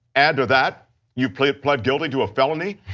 add to that you pled pled guilty to a felony?